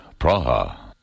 Praha